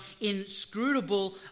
inscrutable